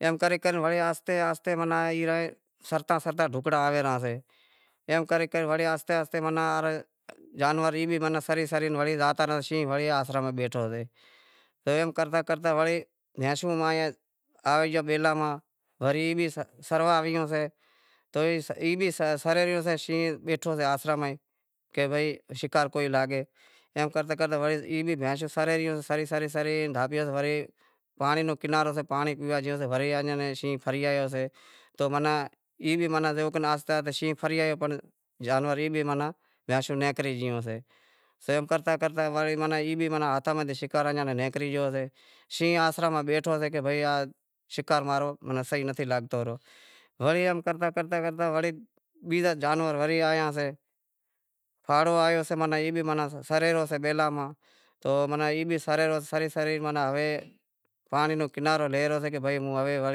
ایم کرے کرے وڑے آہستے آہستے ماناں سرتاں سرتاں ڈھکڑاں آہوے رہاشیں، ایم کرے کرے جانور وڑے آہستے آہستے ماناں جانور ای بھی سرے سرے وڑے زاتا رہاشیں شینہں آسرے ماہ بیٹھو ہتو ایم کرتا کرتا وڑے بھینشوں آویں، آوے گئیں بیلاں ماہ وری ای بھی سروا آوی گیوں شے، ای بھی سرے رہیوں سے شینہں بھی بیٹھو آسرا ماہ کہے بھائی شیکار کوئی لاگے، ایم کرتے کرتے بھینشوں سرے رہیوں سے سری سری سری دھاپیوں تو ورے پانڑی رو کنارو ڈینو پانڑی پیوا گیوں سے وری ایئاں نیں شینہں پھری آیو سے تو ماناں ای بھی جیوو کر آہستے آہستے شینہں پھری آیو تو جانور ای بھی ماناں بھینشوں نیکری گیوں سے، زیم کرتا کرتا سی بھی شکار ہاتھاں ماہ تھی نیکری گیوشے، شینہں بھی آسرا ماہ بیٹھو شے کہ بھائی شکار ماں رو صحیح نتھی لاگتو، وڑی ایم کرتا کرتا وڑی بیزا جانور وڑی آیاسیں پھاڑو آیو سے ماناں ای بھی سرے رہیو سے بیلاں ماہ تو ای بھی سرے رہیو سری سری ماناں ہوے پانڑی رو کنارو لے رہیو سے کہ بھئی ہوے ہوں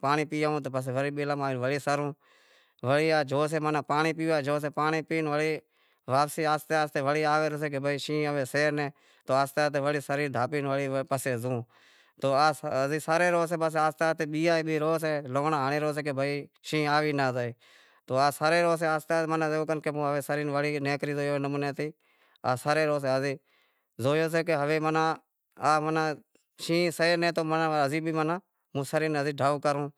پانڑی پیئے آوں تو بیلاں ماہ وڑے سرووں وڑے آہوے جوسسے پانڑی پیوا جوسے پانڑی پی وڑے آہستے آہستے وڑی آوے ارہو کہ شینہں ہوے سے ناں تو آہستے آہستے سرے وڑے ڈھاپے وڑے پسے زائوں تو آہستے آہستے سرے رہیو سے، بیہے بھی رہیو سے لونڑا بھی ہنڑے رہیو سے کہ بھائی شینہں آوی ناں زائے تو سرے رہیو سے آہستے آہستے ماناں زیووکر کہ ہوے ہوں سری نیکری زائوں ایوے نمونے تی سرے رہیو سے زوئے کہ ہوے شینہں سے نیں تو ہوں بھی سرے ڈھاپی ڈھو کروں۔